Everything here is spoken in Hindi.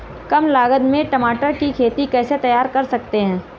कम लागत में टमाटर की खेती कैसे तैयार कर सकते हैं?